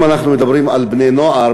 אם אנחנו מדברים על בני-נוער,